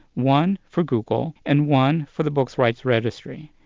one for google and one for the book rights registry,